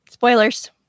Spoilers